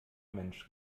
mensch